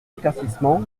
éclaircissements